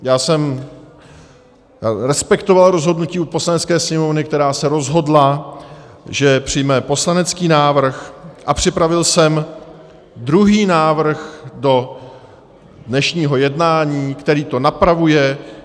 Já jsem respektoval rozhodnutí Poslanecké sněmovny, která se rozhodla, že přijme poslanecký návrh, a připravil jsem druhý návrh do dnešního jednání, který to napravuje.